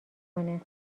کنه